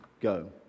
Go